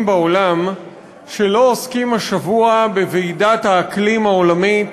בעולם שלא עוסקים השבוע בוועידת האקלים העולמית